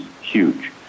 huge